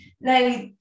Now